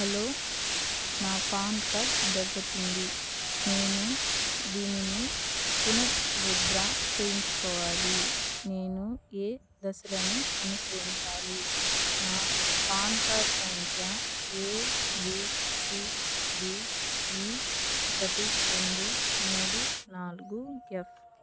hello నా PAN card దెబ్బతింన్నది నేను దీనిని పునరుద్ధరణ చెయ్యించుకోవాలి నేను ఏ దశలను అనుసరించాలి నా పాన్ కార్డ్ సంఖ్య ఏబిసిడిఇ ఒకటి రెండు మూడు నాలుగు ఎఫ్